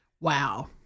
wow